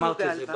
אמרת את זה,